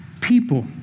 people